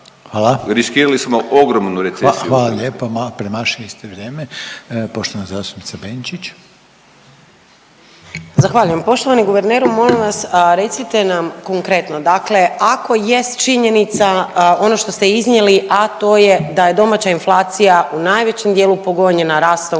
Hvala./… riskirali smo ogromnu recesiju … **Reiner, Željko (HDZ)** Hvala lijepa premašili ste vrijeme. Poštovana zastupnica Benčić. **Benčić, Sandra (Možemo!)** Zahvaljujem. Poštovani guverneru molim vas recite nam konkretno dakle ako jest činjenica ono što ste iznijeli, a to je da je domaća inflacija u najvećem dijelu upogonjena rastom